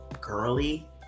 girly